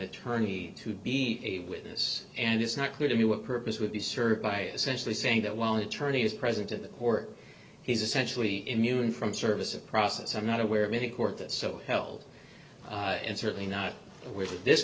attorney to be a witness and it's not clear to me what purpose would be served by essentially saying that while the attorneys present to the court he's essentially immune from service a process i'm not aware of any court that so held and certainly not with this